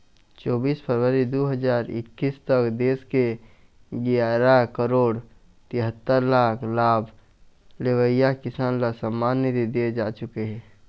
चोबीस फरवरी दू हजार एक्कीस तक देश के गियारा करोड़ तिहत्तर लाख लाभ लेवइया किसान ल सम्मान निधि दिए जा चुके हे